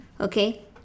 Okay